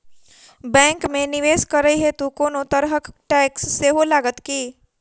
Bank मे निवेश करै हेतु कोनो तरहक टैक्स सेहो लागत की?